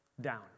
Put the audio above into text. down